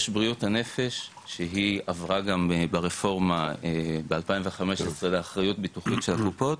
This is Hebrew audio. יש בריאות הנפש שהיא עברה גם ברפורמה ב-2015 לאחריות ביטוחית של הקופות